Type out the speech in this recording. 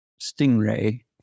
Stingray